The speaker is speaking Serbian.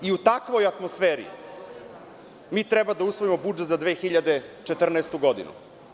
U takvoj atmosferi mi treba da usvojimo budžet za 2014. godinu.